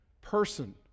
person